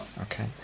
Okay